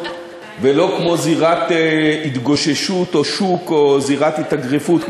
ולא כמו זירת התגוששות או שוק או זירת התאגרפות,